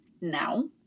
now